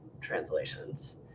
translations